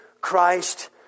Christ